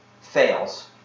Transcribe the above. fails